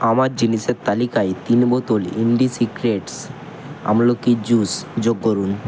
আমার জিনিসের তালিকায় তিন বোতল ইন্ডিসিক্রেটস আমলকি জুস যোগ করুন